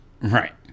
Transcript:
right